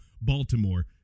Baltimore